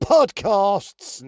Podcasts